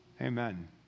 Amen